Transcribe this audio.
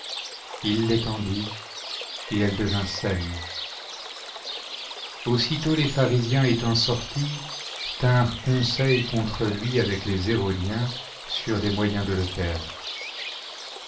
il l'ëtendit et elle devint saine aussitôt les pharisiens étant sortis tinrent conseil contre lui avec les hérodiens sur les moyens de le perdre